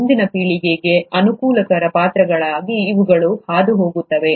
ಮುಂದಿನ ಪೀಳಿಗೆಗೆ ಅನುಕೂಲಕರ ಪಾತ್ರಗಳಾಗಿ ಇವುಗಳು ಹಾದುಹೋಗುತ್ತವೆ